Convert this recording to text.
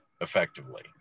effectively